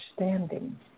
understanding